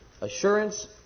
assurance